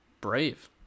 brave